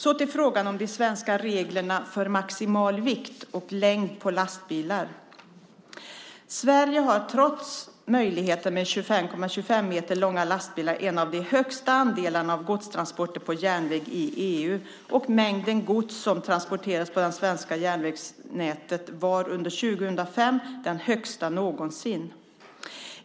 Så till frågan om de svenska reglerna för maximal vikt och längd på lastbilar. Sverige har trots möjligheten med 25,25 meter långa lastbilar en av de högsta andelarna av godstransporter på järnväg i EU, och mängden gods som transporteras på det svenska järnvägsnätet var under 2005 den högsta någonsin.